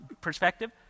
perspective